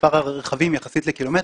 מספר הרכבים יחסית לקילומטרים,